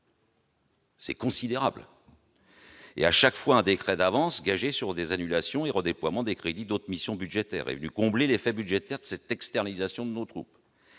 C'est considérable ! À chaque fois, un décret d'avance, gagé sur des annulations et redéploiements de crédits d'autres missions budgétaires, est venu combler l'effet budgétaire de cette externalisation de nos troupes.